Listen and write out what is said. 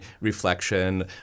reflection